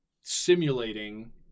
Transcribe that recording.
simulating